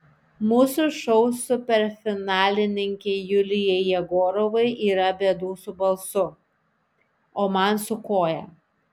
mūsų šou superfinalininkei julijai jegorovai yra bėdų su balsu o man su koja